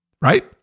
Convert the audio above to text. right